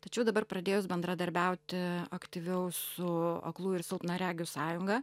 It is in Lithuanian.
tačiau dabar pradėjus bendradarbiauti aktyviau su aklųjų ir silpnaregių sąjunga